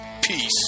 peace